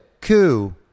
coup